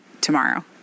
tomorrow